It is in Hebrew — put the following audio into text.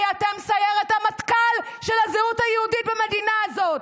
כי אתם סיירת המטכ"ל של הזהות היהודית במדינה הזאת.